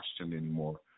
anymore